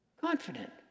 confident